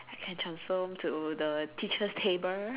I can transform to the teacher's table